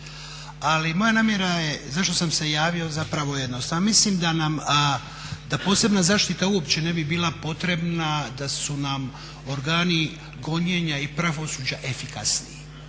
Ali moja namjera je zašto sam se javio zapravo jednostavna, mislim da posebna zaštita uopće ne bi bila potrebna da su nam organi gonjenja i pravosuđa efikasna